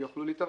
לכן,